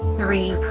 three